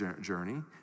journey